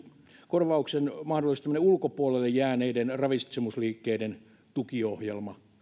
korvauksen ulkopuolelle jääneiden ravitsemusliikkeiden tukiohjelma